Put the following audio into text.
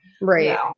Right